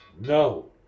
no